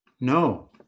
No